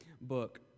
book